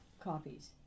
copies